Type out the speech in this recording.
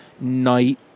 night